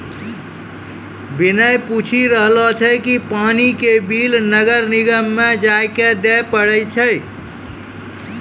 विनय पूछी रहलो छै कि पानी के बिल नगर निगम म जाइये क दै पड़ै छै?